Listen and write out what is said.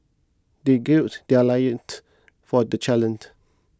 they gird their loins for the challenge